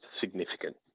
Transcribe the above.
significant